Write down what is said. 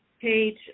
Page